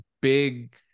big